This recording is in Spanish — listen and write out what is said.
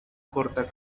corta